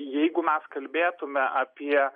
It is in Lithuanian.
jeigu mes kalbėtume apie